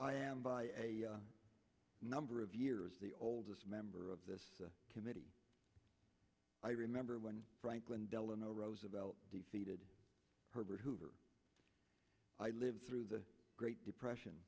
i am by a number of years the oldest member of this committee i remember when franklin delano roosevelt defeated herbert hoover i lived through the great depression